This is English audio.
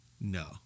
No